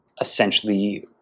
essentially